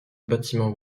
bâtiment